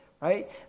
right